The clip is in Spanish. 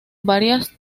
varias